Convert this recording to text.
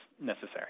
necessary